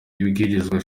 ibwirizwa